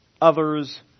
Others